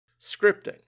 Scripting